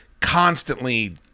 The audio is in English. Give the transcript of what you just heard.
constantly